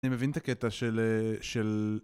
אני מבין את הקטע של...